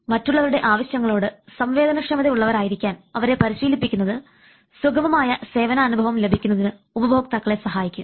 മറ്റുള്ളവരുടെ ആവശ്യങ്ങളോട് സംവേദനക്ഷമതയുള്ളവരായിരിക്കാൻ അവരെ പരിശീലിപ്പിക്കുന്നത് സുഗമമായ സേവന അനുഭവം ലഭിക്കുന്നതിന് ഉപഭോക്താക്കളെ സഹായിക്കും